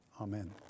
Amen